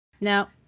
now